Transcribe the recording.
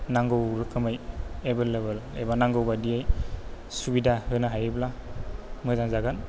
नांगौ रोखोमै एबेलेबेल एबा नांगौ बायदियै सुबिदा होनो हायोब्ला मोजां जागोन